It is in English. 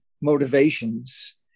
motivations